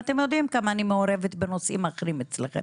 ואתם יודעים כמה אני מעורבת בנושאים אחרים אצלכם,